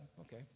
Okay